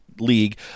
league